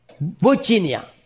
Virginia